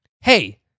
Hey